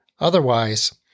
Otherwise